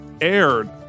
aired